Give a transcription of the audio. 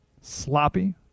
sloppy